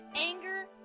anger